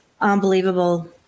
unbelievable